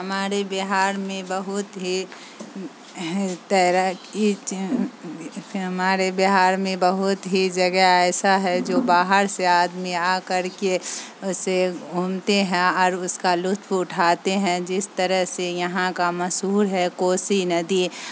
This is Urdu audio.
ہمارے بہار میں بہت ہی تیر ہمارے بہار میں بہت ہی جگہ ایسا ہے جو باہر سے آدمی آ کر کے اسے گھومتے ہیں اور اس کا لطف اٹھاتے ہیں جس طرح سے یہاں کا مشہور ہے کوسی ندی